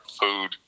food